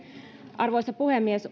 arvoisa puhemies